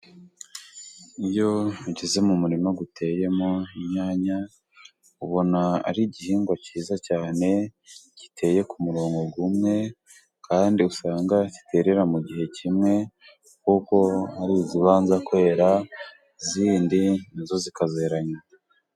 Iyo ugeze mu murima uteyemo inyanya, ubona ari igihingwa cyiza cyane giteye ku murongo umwe, kandi usanga kiterera mu gihe kimwe, kuko hari izibanza kwera, izindi na zo zikazera nyuma.